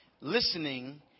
listening